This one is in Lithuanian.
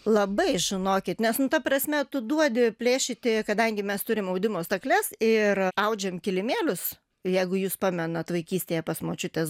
labai žinokit nes nu ta prasme tu duodi plėšyti kadangi mes turim audimo stakles ir audžiam kilimėlius jeigu jūs pamenat vaikystėje pas močiutes